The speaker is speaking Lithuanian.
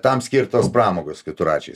tam skirtos pramogos keturračiais